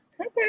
Okay